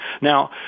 Now